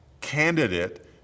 candidate